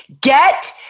Get